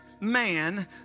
man